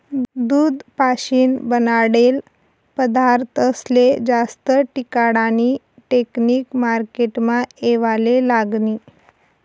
दूध पाशीन बनाडेल पदारथस्ले जास्त टिकाडानी टेकनिक मार्केटमा येवाले लागनी